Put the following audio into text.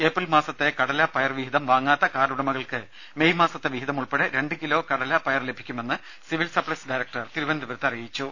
April മാസത്തെ കടല പയർ വിഹിതം വാങ്ങാത്ത കാർഡുടമകൾക്ക് മെയ് മാസത്തെ വിഹിതം ഉൾപ്പെടെ രണ്ടു കിലോ കടല പയർ ലഭിക്കുമെന്ന് സിവിൽ സപ്പൈസ് ഡയറക്ടർ തിരുവനന്തപുരത്ത് അറിയിച്ചു